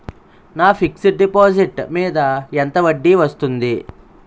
నా fixed deposit మీద ఎంత వడ్డీ వస్తుంది?